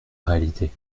réalité